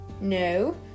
No